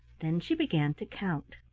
then she began to count.